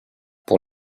pour